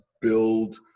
build